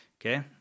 Okay